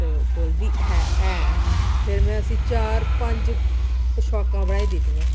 ते ओह् बोलदी है ऐ फेर में उसी चार पंज पशाकां बनाई दित्तियां